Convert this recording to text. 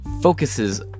focuses